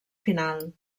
final